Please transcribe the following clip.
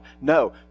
No